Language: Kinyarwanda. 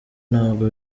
nabwo